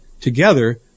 together